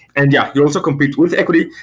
and yeah, you also compete with equity,